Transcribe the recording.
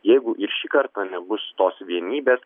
jeigu ir šį kartą nebus tos vienybės